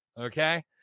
okay